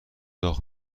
داغ